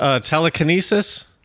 Telekinesis